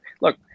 look